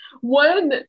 One